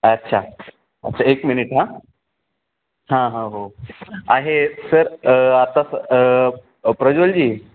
अच्छा अच्छा एक मिनिट हां हां हां हो आहे सर आता प्रज्वलजी